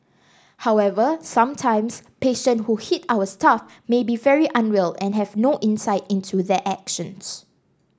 however sometimes patients who hit our staff may be very unwell and have no insight into their actions